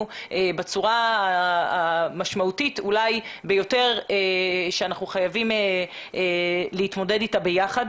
בצורה המשמעותית ביותר אתה אנחנו חייבים להתמודד ביחד,